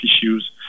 issues